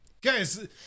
Guys